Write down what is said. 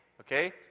okay